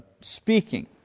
speaking